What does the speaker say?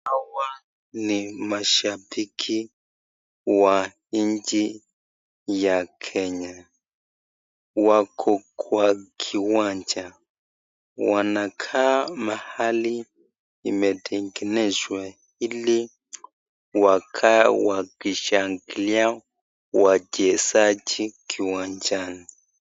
Hawa ni mashabiki wa nchi ya Kenya. Wako kwa kiwanja. Wanakaa mahali imetengenezwa ili wakae wakishangilia wachezaji kiwanjani.